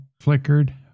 flickered